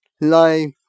life